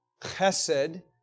chesed